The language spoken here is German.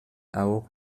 auch